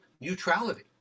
neutrality